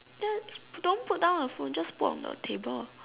just don't put down the phone just put on the table